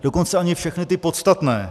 Dokonce ani všechny ty podstatné.